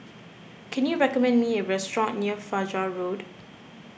can you recommend me a restaurant near Fajar Road